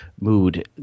mood